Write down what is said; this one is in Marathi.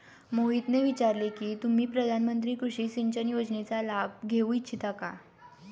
मोहितने विचारले की तुम्ही प्रधानमंत्री कृषि सिंचन योजनेचा लाभ घेऊ इच्छिता का?